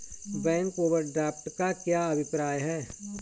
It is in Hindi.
बैंक ओवरड्राफ्ट का क्या अभिप्राय है?